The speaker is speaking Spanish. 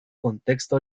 contexto